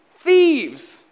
Thieves